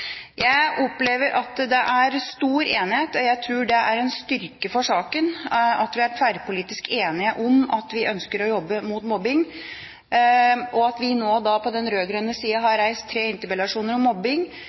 Jeg opplever at det er stor enighet. Jeg tror det er en styrke for saken at vi er tverrpolitisk enige om at vi ønsker å jobbe mot mobbing. At vi på den rød-grønne sida nå har reist tre interpellasjoner om mobbing,